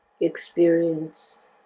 experience